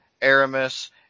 Aramis